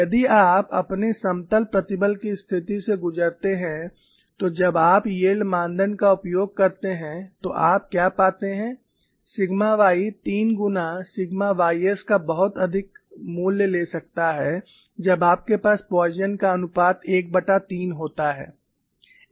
और यदि आप अपने समतल प्रतिबल की स्थिति से गुजरते हैं तो जब आप यील्ड मानदंड का उपयोग करते हैं तो आप क्या पाते हैं सिग्मा y 3 गुना सिग्मा ys का बहुत अधिक मूल्य ले सकता है जब आपके पास पॉइसन का अनुपात 13 होता है